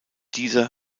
dieser